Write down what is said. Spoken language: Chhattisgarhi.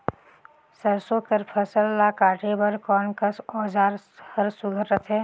सरसो कर फसल ला काटे बर कोन कस औजार हर सुघ्घर रथे?